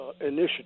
initiative